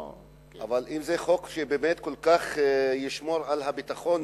אבל אם זה חוק שבאמת כל כך ישמור על הביטחון